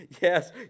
Yes